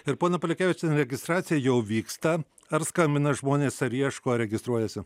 ir ponia polikevičiene registracija jau vyksta ar skambina žmonės ar ieško ar registruojasi